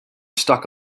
stuck